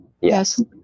yes